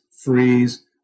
freeze